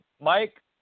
Mike